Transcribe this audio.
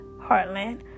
Heartland